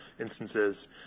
instances